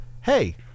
hey